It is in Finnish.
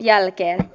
jälkeen